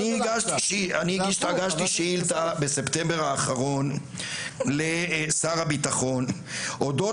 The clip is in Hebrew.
אני הגשתי שאילתה בספטמבר האחרון לשר הביטחון אודות